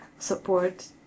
Support